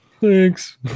thanks